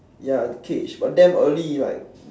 ya cage but damn early like